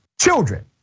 children